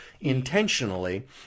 intentionally